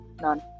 None